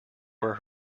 were